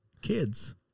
Kids